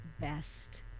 best